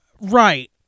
Right